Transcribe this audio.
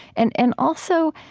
and and also,